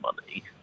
money